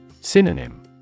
Synonym